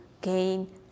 gain